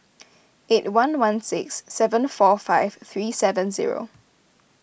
eight one one six seven four five three seven zero